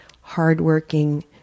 hardworking